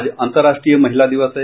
आज अंतर्राष्ट्रीय महिला दिवस है